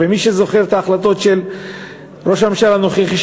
ומי שזוכר את ההחלטות של ראש הממשלה הנוכחי,